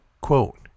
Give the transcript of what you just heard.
Quote